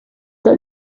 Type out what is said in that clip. that